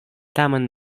tamen